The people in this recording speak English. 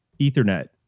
Ethernet